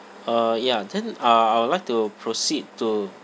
uh ya then uh I would like to proceed to